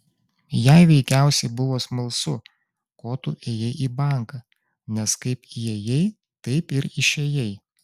jai veikiausiai buvo smalsu ko tu ėjai į banką nes kaip įėjai taip ir išėjai